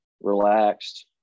relaxed